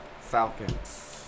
Falcons